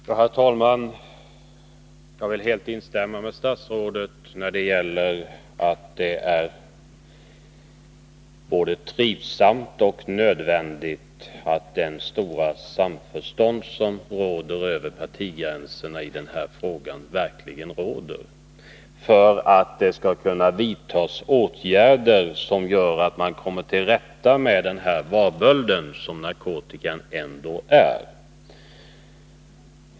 Herr talman! Jag vill helt instämma med statsrådet om att det är både trivsamt och nödvändigt att ett stort samförstånd verkligen råder över partigränserna i den här frågan för att ågärder skall kunna vidtas för att komma till rätta med den varböld som narkotikan ändå är.